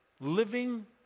living